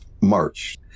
March